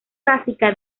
básica